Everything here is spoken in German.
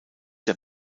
der